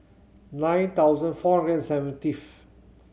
nine thousand four hundred seventieth